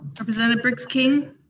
representative briggs king?